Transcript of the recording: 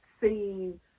seen